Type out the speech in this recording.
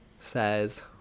says